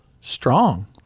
strong